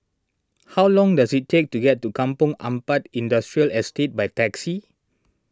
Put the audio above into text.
how long does it take to get to Kampong Ampat Industrial Estate by taxi